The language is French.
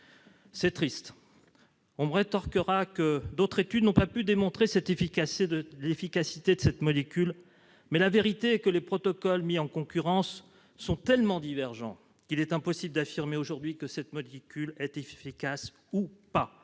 C'est triste ... On me rétorquera que d'autres études n'ont pas pu démontrer l'efficacité de cette molécule, mais la vérité est que les protocoles mis en concurrence sont tellement divergents qu'il est impossible d'affirmer aujourd'hui que cette molécule est efficace ou pas,